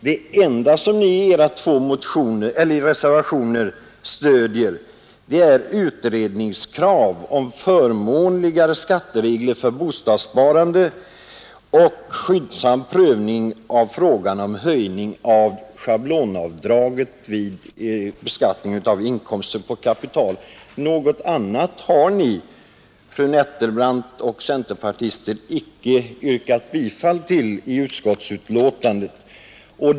Det enda som ni stöder i era två reservationer är ett utredningskrav om förmånligare skatteregler för bostadssparande och en skyndsam prövning av frågan om höjning av schablonavdraget vid beskattning av inkomst av kapital. Något annat har ni — fru Nettelbrandt och centerpartister — icke yrkat bifall till i utskottsbetänkandet.